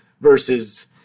versus